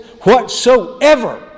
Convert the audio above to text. whatsoever